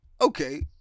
Okay